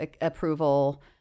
approval